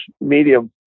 medium